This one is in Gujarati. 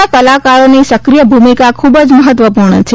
ના કલાકોરોની સક્રીય ભૂમિકા ખુબ જ મહત્વ પૂર્ણ છે